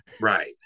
right